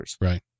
right